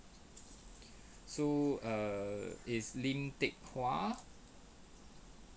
so err it's lim teck hwa